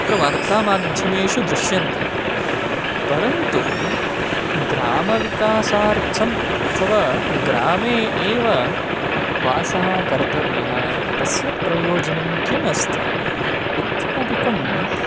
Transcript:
अत्र वार्तामाध्यमेषु दृश्यन्ते परन्तु ग्रामविकासार्थम् अथवा ग्रामे एव वासः कर्तव्यः तस्य प्रयोजनं किमस्ति इत्यादिकं